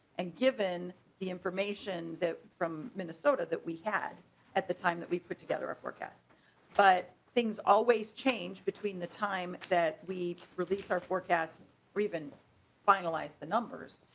and given the information that from me so to that we had at the time that we put together a forecast but things always change between the time that we released our forecast we've been finalize the numbers.